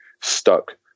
stuck